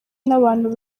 n’abantu